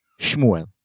Shmuel